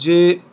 যে